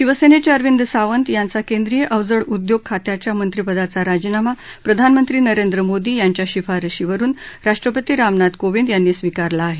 शिवसेनेचे अरविंद सावंत यांचा केंद्रीय अवजड उद्योग खात्याच्या मंत्रिपदाचा राजीनामा प्रधानमंत्री नरेंद्र मोदी यांच्या शिफारशीवरुन राष्ट्रपती रामनाथ कोविंद यांनी स्वीकारला आहे